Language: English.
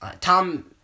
Tom